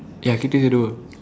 ya cactus edible